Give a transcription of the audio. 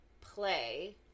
play